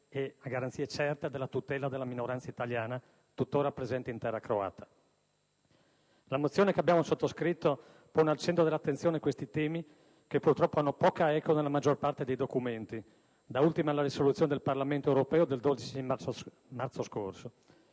e a garanzie certe della tutela della minoranza italiana tuttora presente in terra croata. La mozione che abbiamo sottoscritto pone al centro dell'attenzione questi temi, che purtroppo hanno poca eco nella maggior parte dei documenti (da ultima la risoluzione del Parlamento europeo del 12 marzo scorso)